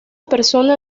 persona